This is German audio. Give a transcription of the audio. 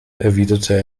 erwiderte